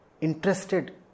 interested